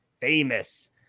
famous